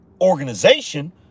organization